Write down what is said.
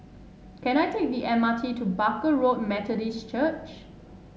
can I take the M R T to Barker Road Methodist Church